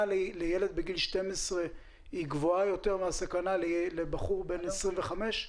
לילד בגיל 12 היא גבוהה יותר מהסכנה לבחור בן 25?